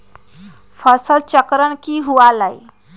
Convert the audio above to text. फसल चक्रण की हुआ लाई?